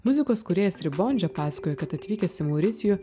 muzikos kūrėjas ribondže pasakoja kad atvykęs į mauricijų